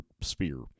sphere